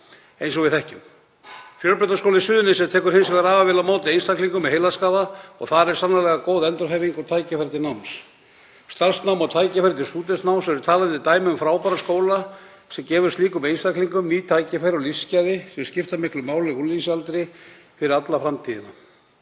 eins og við þekkjum. Fjölbrautaskóli Suðurnesja tekur hins vegar afar vel á móti einstaklingum með heilaskaða og þar er sannarlega góð endurhæfing og tækifæri til náms. Starfsnám og tækifæri til stúdentsnáms eru talandi dæmi um frábæran skóla sem gefur slíkum einstaklingum ný tækifæri og lífsgæði sem skipta miklu máli á unglingsaldri fyrir alla framtíðina.